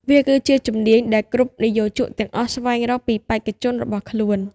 វាគឺជាជំនាញដែលគ្រប់និយោជកទាំងអស់ស្វែងរកពីបេក្ខជនរបស់ខ្លួន។